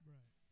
Right